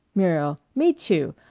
muriel me, too.